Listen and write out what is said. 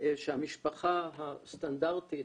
שהמשפחה הסטנדרטית,